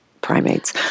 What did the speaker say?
primates